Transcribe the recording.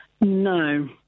No